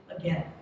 again